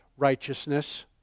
Righteousness